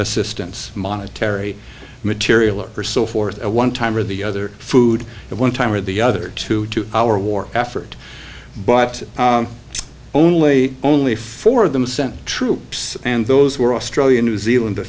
assistance monetary material or so forth at one time or the other food at one time or the other two to our war effort but only only four of them sent troops and those were australia new zealand the